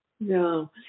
No